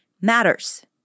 matters